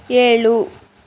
ಏಳು